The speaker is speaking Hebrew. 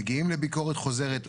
מגיעים לביקורת חוזרת,